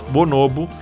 Bonobo